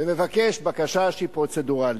ומבקש בקשה שהיא פרוצדורלית.